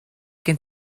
gen